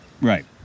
Right